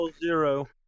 zero